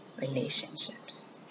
relationships